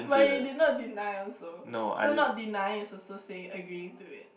but you did not deny also so not denying is also saying agree to it